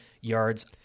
yards